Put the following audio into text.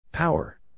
Power